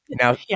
now